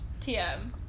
TM